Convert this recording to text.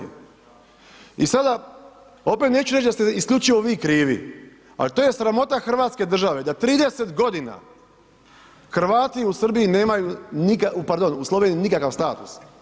I sada opet neću reći da ste isključivo vi krivi, ali to je sramota Hrvatske države da 30 godina Hrvati u Srbiji nemaju, pardon u Sloveniji nikakav status.